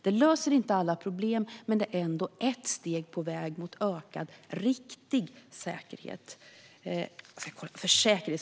Detta löser inte alla problem, men det är ett steg på väg mot ökad riktig säkerhet.